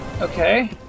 Okay